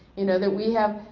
you know that we have